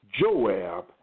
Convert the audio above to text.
Joab